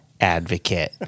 Advocate